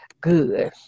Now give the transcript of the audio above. good